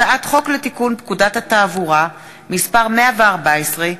הצעת חוק לתיקון פקודת התעבורה (מס' 114)